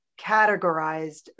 categorized